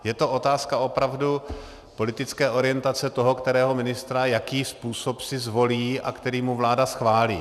Je to otázka opravdu politické orientace toho kterého ministra, jaký způsob si zvolí a který mu vláda schválí.